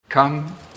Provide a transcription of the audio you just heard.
Come